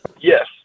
Yes